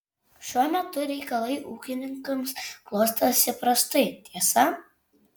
šiuo metu reikalai ūkininkams klostosi prastai tiesa